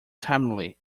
timidly